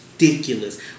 ridiculous